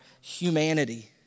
humanity